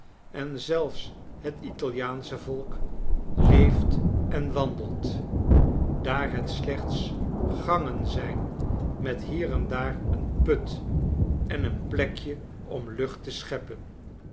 en zelfs het italiaansche volk leeft en wandelt daar het slechts gangen zijn met hier en daar een put en een plekje om lucht te scheppen